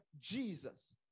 Jesus